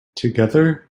together